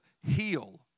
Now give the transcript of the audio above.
heal